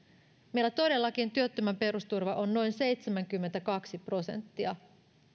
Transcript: meillä todellakin työttömän perusturva on noin seitsemänkymmentäkaksi prosenttia